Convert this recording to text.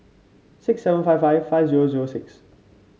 six seven five five five zero zero six